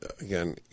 Again